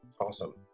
Awesome